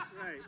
right